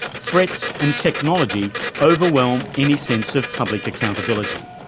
threats and technology overwhelm any sense of public accountability.